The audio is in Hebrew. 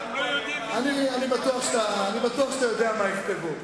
אני בטוח שאתה יודע מה יכתבו.